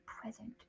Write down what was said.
present